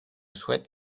souhaite